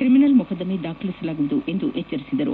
criminal ಮೊಕದ್ದಮೆ ದಾಖಲಿಸಲಾಗುವುದು ಎಂದು ಎಚ್ಚರಿಸಿದರು